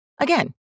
Again